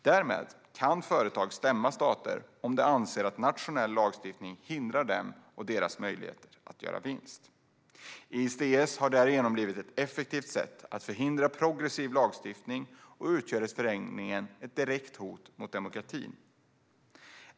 Därmed kan företag stämma stater om de anser att nationell lagstiftning hindrar dem och deras möjlighet att göra vinst. ISDS har därigenom blivit ett effektivt sätt att förhindra progressiv lagstiftning och utgör i förlängningen ett direkt hot mot demokratin.